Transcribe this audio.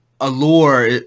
allure